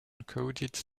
coded